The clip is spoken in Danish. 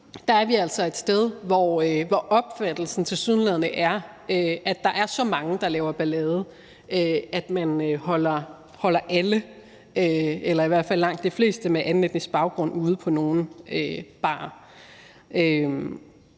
Der er vi altså et sted, hvor opfattelsen tilsyneladende er, at der er så mange, der laver ballade, at man holder alle eller i hvert fald langt de fleste med anden etnisk baggrund ude fra nogle barer.